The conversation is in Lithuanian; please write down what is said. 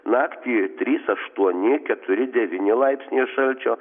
naktį trys aštuoni keturi devyni laipsniai šalčio